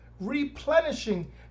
replenishing